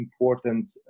important